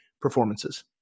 performances